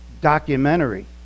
documentary